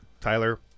Tyler